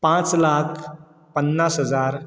पांच लाख पन्नास हजार